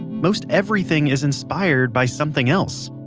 most everything is inspired by something else.